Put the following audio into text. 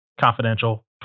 confidential